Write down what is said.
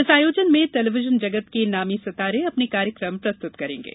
इस आयोजन में टेलीविजन जगत के नामी सितारे अपने कार्यक्रम प्रस्तुत करेंगे